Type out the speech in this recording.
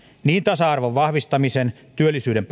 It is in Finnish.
niin tasa arvon vahvistamisen työllisyyden